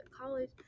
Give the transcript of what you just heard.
college